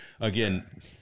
again